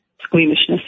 squeamishness